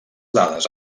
dades